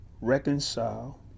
reconcile